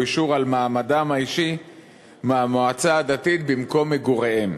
אישור על מעמדם האישי מהמועצה הדתית במקום מגוריהם.